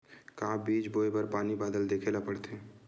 का बीज बोय बर पानी बादल देखेला पड़थे?